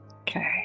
Okay